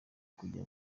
kujya